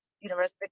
University